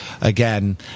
again